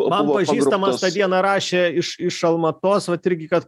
man pažįstamas tą dieną rašė iš iš almatos vat irgi kad